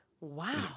Wow